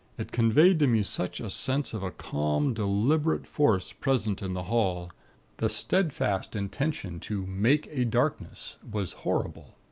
it conveyed to me such a sense of a calm deliberate force present in the hall the steadfast intention to make a darkness was horrible.